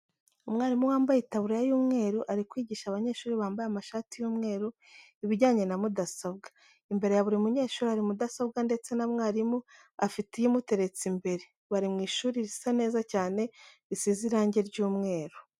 Umwarimu wambaye itaburiya y'umweru ari kwigisha abanyeshuri bambaye amashati y'umweru ibijyanye na mudasobwa. Imbere ya buri munyeshuri hari mudasobwa ndetse na mwarimu afite iye imuteretse imbere. Bari mu ishuri risa neza cyane, risize irange ry'umweru.